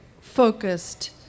focused